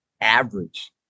average